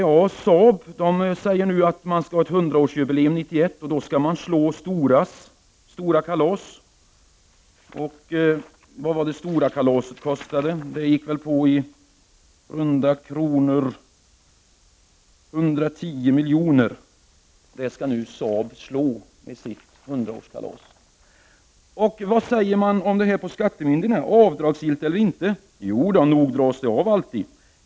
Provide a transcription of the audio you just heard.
Saab säger nu att företaget skall ha ett 100-årsjubileum 1991. Då skall man slå Storas stora kalas. Storakalaset gick väl på i runda tal 110 miljoner. Det skall nu Saab slå med sitt 100-årskalas. Vad säger man om detta på skattemyndigheterna? Är det avdragsgillt eller inte? Jo då, nog dras det av alltid.